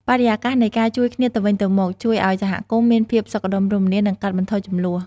បរិយាកាសនៃការជួយគ្នាទៅវិញទៅមកជួយឲ្យសហគមន៍មានភាពសុខដុមរមនា និងកាត់បន្ថយជម្លោះ។